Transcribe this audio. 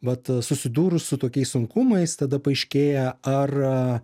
vat susidūrus su tokiais sunkumais tada paaiškėja ar